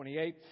28